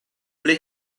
pli